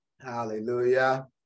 Hallelujah